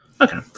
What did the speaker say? Okay